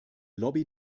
lobby